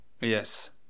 Yes